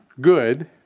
good